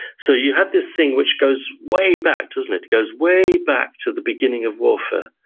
so you have this thing which goes way back, doesn't it, goes way back to the beginning of warfare,